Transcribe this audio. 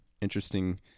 interesting